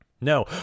No